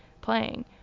playing